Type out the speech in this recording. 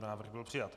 Návrh byl přijat.